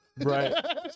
right